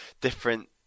different